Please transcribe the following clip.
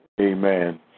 Amen